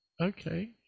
Okay